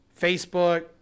Facebook